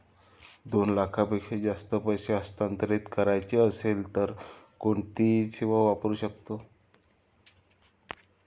दोन लाखांपेक्षा जास्त पैसे हस्तांतरित करायचे असतील तर कोणती सेवा वापरू शकतो?